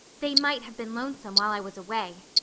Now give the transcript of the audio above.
they might have been lonesome while i was away,